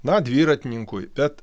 na dviratininkui bet